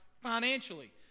financially